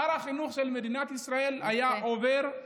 שר החינוך של מדינת ישראל היה עובר,